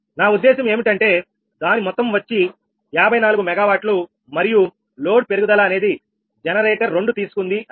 నా ఉద్దేశం ఏమిటంటే దాని మొత్తం వచ్చి 54 MW మరియు లోడ్ పెరుగుదల అనేది జనరేటర్ రెండు తీసుకుంది అని